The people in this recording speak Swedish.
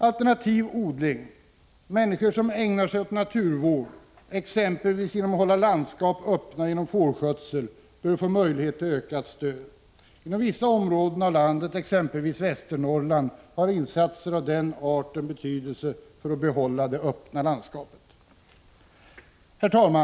Alternativ odling, exempelvis naturvård som består i att människor ägnar sig åt att hålla landskap öppna med hjälp av fårskötsel, bör få möjlighet till ökat stöd. Inom vissa områden av landet, exempelvis Västernorrland, har insatser av den arten betydelse för behållandet av det öppna landskapet. Herr talman!